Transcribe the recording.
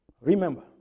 Remember